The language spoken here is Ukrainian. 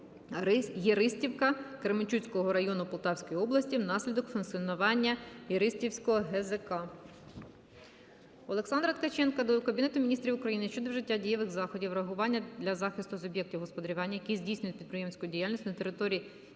Єристівка Кременчуцького району Полтавської області внаслідок функціонування Єристівського ГЗК. Олександра Ткаченка до Кабінету Міністрів України щодо вжиття дієвих заходів реагування для захисту суб'єктів господарювання, які здійснюють підприємницьку діяльність на території